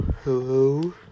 Hello